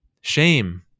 shame